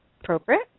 appropriate